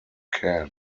can